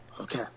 Okay